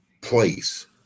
place